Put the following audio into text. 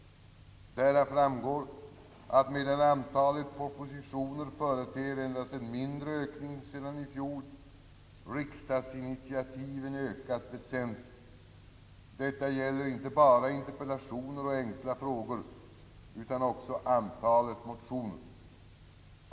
Därav framgår att medan antalet propositioner företer endast en mindre ökning sedan i fjol, riksdagsinitiativen ökat väsentligt. Detta gäller inte bara interpellationer och enkla frågor utan också antalet motioner.